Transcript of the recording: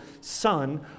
son